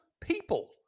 people